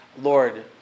Lord